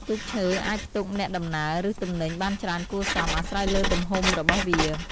ទូកឈើអាច ផ្ទុកអ្នកដំណើរ ឬទំនិញបានច្រើនគួរសម អាស្រ័យលើទំហំរបស់វា ។